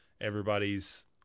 everybody's